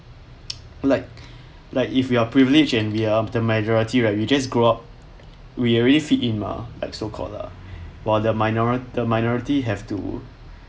like like if you are privilege and we are the majority right we just grow up we already fit in mah like so call lah while the minori~ the minority have to